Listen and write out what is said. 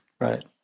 Right